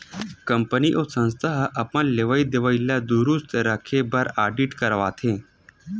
company अउ संस्था ह अपन लेवई देवई ल दुरूस्त राखे बर आडिट करवाथे